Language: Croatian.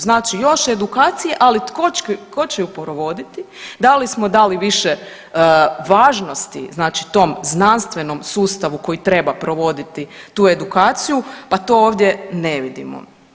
Znači još edukacije, ali tko će ju provoditi, da li smo dali više važnosti znači tom znanstvenom sustavu koji treba provoditi tu edukaciju, pa to ovdje ne vidimo.